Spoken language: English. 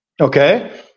Okay